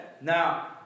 Now